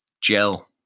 gel